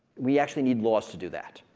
we actually need laws to do that.